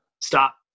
stop